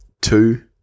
two